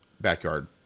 backyard